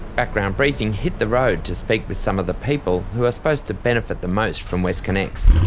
background briefing hit the road to speak with some of the people who are supposed to benefit the most from westconnex.